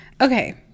Okay